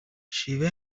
شیوه